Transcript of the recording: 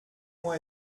moi